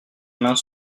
mains